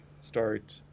start